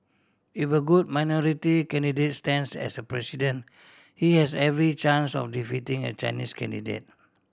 if a good minority candidate stands as President he has every chance of defeating a Chinese candidate